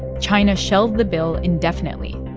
china shelved the bill indefinitely,